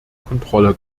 kontrolle